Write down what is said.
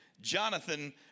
Jonathan